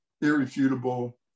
irrefutable